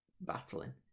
battling